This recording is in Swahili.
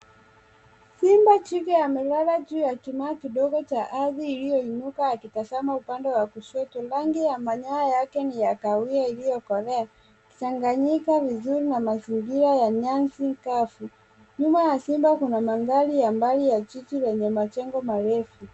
Simba jike amelala juu ya kilima cha ardhi iliyounika akitazama upande wa kushoto. Rangi ya manyoya yake ni ya kahawia iliyokolea ikichanganyika vizuri na mazingira ya nyasi kavu. Nyuma ya simba kuna mandhari ya jiji yenye majengo marefu.